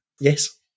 yes